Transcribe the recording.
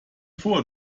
vor